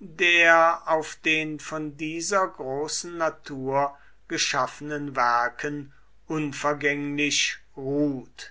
der auf den von dieser großen natur geschaffenen werken unvergänglich ruht